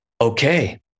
okay